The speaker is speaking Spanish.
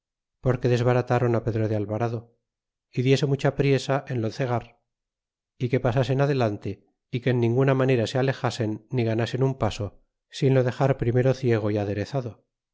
donde desharatron pedro de alvarado y diese mucha prima en lo cegar y que pasasen adelante y que en ninguna manera se ale jasen ni ganasen un paso sin lo dexar primero ciego y aderezado